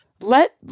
Let